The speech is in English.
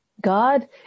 God